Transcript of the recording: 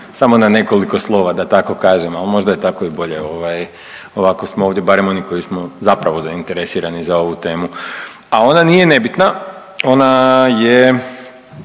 samo na nekoliko slova da tako kažem, ali možda je tako i bolje, ovako smo ovdje barem oni koji smo zapravo zainteresirani za ovu temu, a ona nije nebitna. Ona je